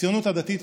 הציונות הדתית,